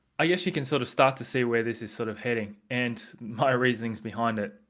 i guess you can sort of start to see where this is sort of heading and my reasonings behind it.